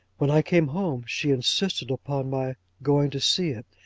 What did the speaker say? when i came home, she insisted upon my going to see it,